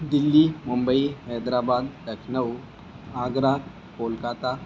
Delhi Mumbai Hyderabad Lucknow Agra Kolkata